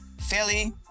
Philly